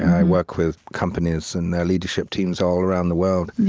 i work with companies and their leadership teams all around the world.